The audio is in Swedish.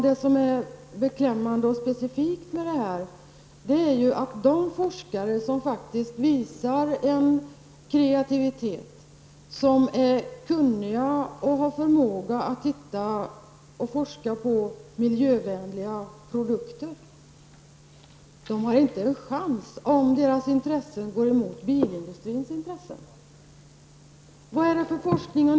Det som är beklämmande och specifikt med detta är att de forskare som faktiskt visar en kreativitet, som är kunniga och har förmågan att hitta på och forska om miljövänliga produkter, inte har en chans om deras intressen går emot bilindustrins intressen.